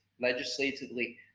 legislatively